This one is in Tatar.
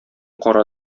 кара